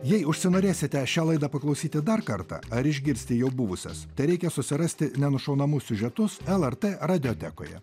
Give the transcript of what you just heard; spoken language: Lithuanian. jei užsinorėsite šią laidą paklausyti dar kartą ar išgirsti jau buvusias tai reikia susirasti nenušaunamus siužetus lrt radiotekoje